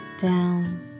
down